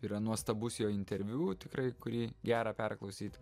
yra nuostabus jo interviu tikrai kurį gera perklausyti